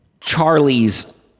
Charlie's